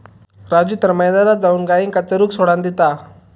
राजू तर मैदानात जाऊन गायींका चरूक सोडान देता